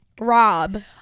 Rob